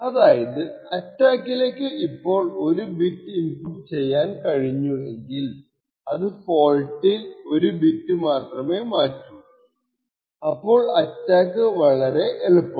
അതായത് അറ്റാക്കിലേക്കു ഇപ്പോൾ ഒരു ബിറ്റ് ഇൻപുട്ട് ചെയ്യാൻ കഴിഞ്ഞു എങ്കിൽ അത് ഫോൾട്ടിൽ ഒരു ബിറ്റ് മാത്രമേ മാറ്റൂ അപ്പോൾ അറ്റാക്ക് വളരെ എളുപ്പമായി